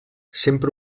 sempre